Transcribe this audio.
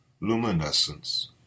luminescence